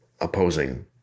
opposing